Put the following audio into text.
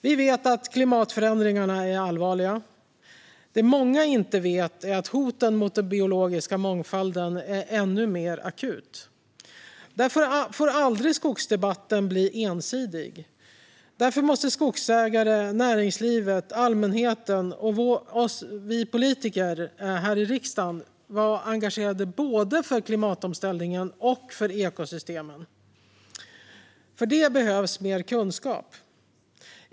Vi vet att klimatförändringarna är allvarliga. Det många inte vet är att hoten mot den biologiska mångfalden är ännu mer akuta. Därför får skogsdebatten aldrig bli ensidig. Därför måste skogsägare, näringslivet, allmänheten och vi politiker här i riksdagen vara engagerade både i klimatomställningen och i ekosystemen. Det behövs nämligen mer kunskap.